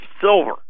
silver